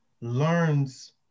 learns